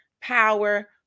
power